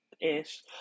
ish